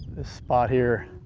this spot here